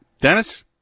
Dennis